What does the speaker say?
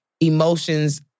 emotions